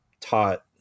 taught